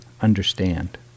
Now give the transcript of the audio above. understand